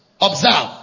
Observe